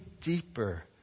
deeper